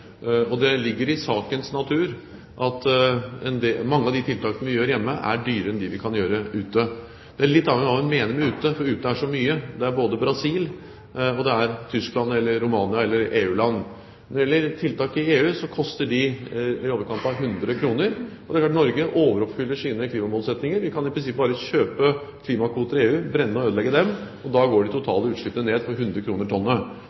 Det ligger i sakens natur at mange av de tiltakene vi gjør hjemme, er dyrere enn de vi kan gjøre ute. Det er litt avhengig av hva man mener med «ute», for «ute» er så mye. Det er både Brasil og Tyskland, Romania og andre EU-land. Når det gjelder tiltak i EU, koster de i overkant av 100 kr. Det er klart at Norge overoppfyller sine klimamålsettinger. Vi kan i prinsippet bare kjøpe klimakvoter i EU, brenne og ødelegge dem, og da går de totale utslippene ned for 100 kr tonnet.